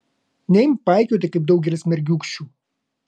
neimk paikioti kaip daugelis mergiūkščių